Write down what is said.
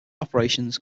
operations